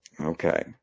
Okay